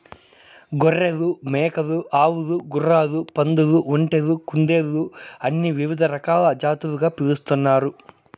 గొర్రెలు, మేకలు, ఆవులు, గుర్రాలు, పందులు, ఒంటెలు, కుందేళ్ళు అని వివిధ రకాల జాతులుగా పిలుస్తున్నారు